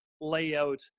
layout